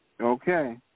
Okay